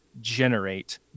generate